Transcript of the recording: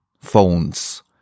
phones